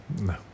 No